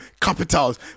capitals